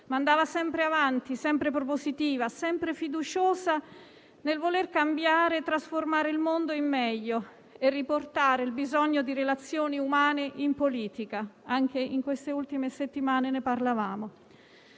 ma andava sempre avanti. Era sempre propositiva e fiduciosa nel voler cambiare e trasformare il mondo in meglio e riportare il bisogno di relazioni umane in politica. Anche in queste ultime settimane ne parlavamo.